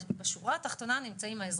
בשורה התחתונה נמצאים האזרחים,